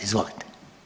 Izvolite.